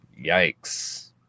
Yikes